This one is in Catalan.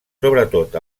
sobretot